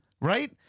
Right